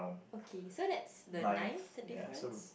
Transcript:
okay so that's the ninth the difference